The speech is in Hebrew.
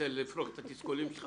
עכשיו שרוצה לפרוק את התסכולים שלך?